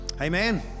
Amen